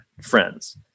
friends